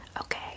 okay